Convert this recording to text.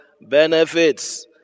Benefits